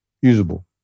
usable